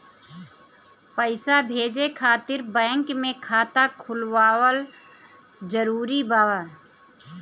पईसा भेजे खातिर बैंक मे खाता खुलवाअल जरूरी बा?